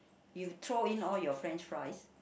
you throw in all your french fries